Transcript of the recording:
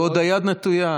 ועוד היד נטויה.